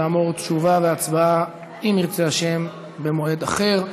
כאמור, תשובה והצבעה, אם ירצה השם, במועד אחר.